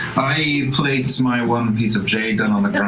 i place my one piece of jade and on the ground